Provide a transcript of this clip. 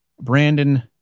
Brandon